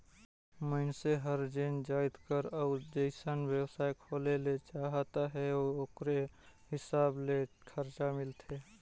मइनसे हर जेन जाएत कर अउ जइसन बेवसाय खोले ले चाहत अहे ओकरे हिसाब ले खरचा मिलथे